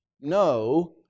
no